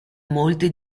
molti